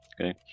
Okay